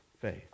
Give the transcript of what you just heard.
faith